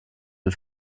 den